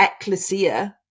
ecclesia